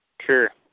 Sure